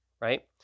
right